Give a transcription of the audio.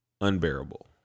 unbearable